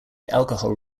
alcohol